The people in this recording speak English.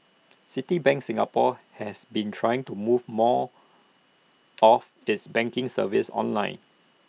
Citibank Singapore has been trying to move more of its banking services online